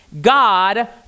God